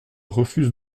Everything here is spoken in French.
refuse